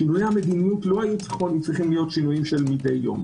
שינויי המדיניות לא היו צריכים להיות מדי יום.